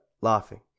laughing